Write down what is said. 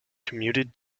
commuted